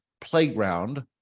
Playground